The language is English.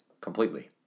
completely